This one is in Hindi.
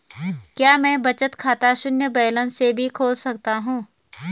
क्या मैं बचत खाता शून्य बैलेंस से भी खोल सकता हूँ?